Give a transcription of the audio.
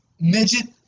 midget